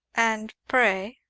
and pray